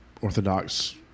orthodox